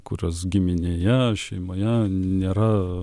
kurios giminėje šeimoje nėra